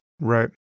Right